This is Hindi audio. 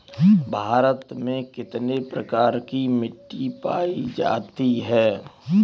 भारत में कितने प्रकार की मिट्टी पायी जाती है?